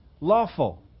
lawful